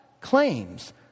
claims